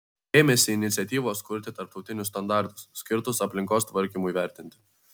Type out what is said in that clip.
ėmėsi iniciatyvos kurti tarptautinius standartus skirtus aplinkos tvarkymui vertinti